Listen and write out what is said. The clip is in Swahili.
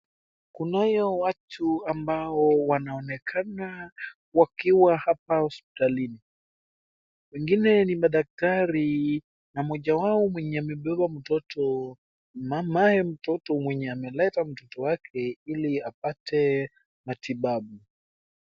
Kunayo watu ambao wanaonekana wakiwa hapa hospitalini, wengine ni madaktari na moja wao mwenye amebeba mtoto, mamaye mtoto mwenye ameleta mtoto wake ili apate matibabu.